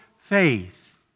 faith